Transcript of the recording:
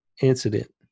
incident